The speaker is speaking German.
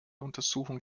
untersuchung